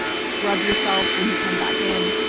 scrub yourself when you come back in.